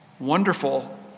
wonderful